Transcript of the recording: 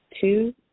two